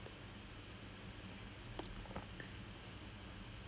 don't like விட:vida is more of it's damn tough for me